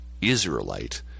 Israelite